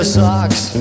socks